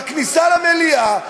בכניסה למליאה,